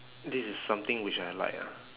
this is something which I like ah